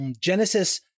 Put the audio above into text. Genesis